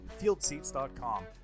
FieldSeats.com